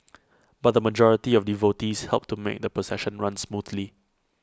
but the majority of devotees helped to made the procession run smoothly